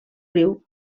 riu